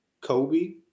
Kobe